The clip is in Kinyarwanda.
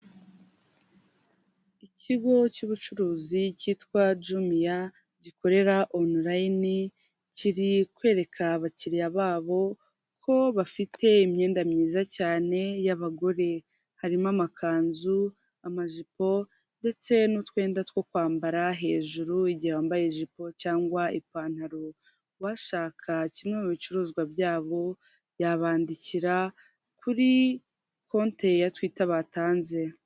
Ikigo cy'ubucuruzi cyitwa Jumiya gikorera onulayini kiri kwereka abakiriya babo ko bafite imyenda myiza cyane y'abagore, harimo amakanzu, amajipo ndetse n'utwenda two kwambara hejuru igihe wambaye ijipo cyangwa ipantaro, uwashaka kimwe mu bicuruzwa byabo yabandikira kuri konte ya Tuwita batanze.